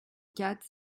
quatre